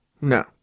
no